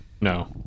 No